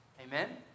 Amen